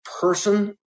person